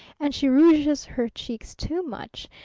and she rouges her cheeks too much,